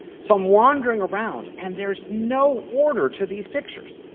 so i'm wandering around, and there is no order to these pictures.